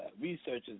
researchers